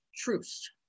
truce